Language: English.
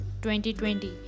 2020